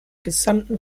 gesamten